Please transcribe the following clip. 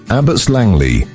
Abbots-Langley